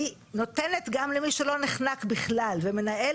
היא נותנת גם למי שלא נחנק בכלל ומנהל